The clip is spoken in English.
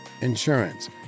insurance